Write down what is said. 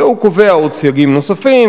והוא קובע סייגים נוספים,